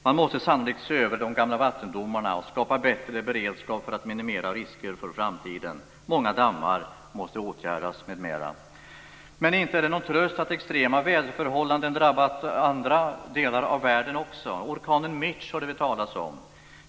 Man måste sannolikt se över de gamla vattendomarna och skapa bättre beredskap för att minimera risker för framtiden. Många dammar måste också åtgärdas m.m. Inte är det någon tröst att extrema väderförhållanden drabbat andra områden i världen också. Vi hörde talas om orkanen Mitch.